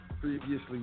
previously